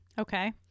Okay